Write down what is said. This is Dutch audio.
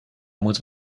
moeten